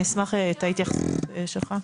אני אשמח לשמוע את ההתייחסות שלך.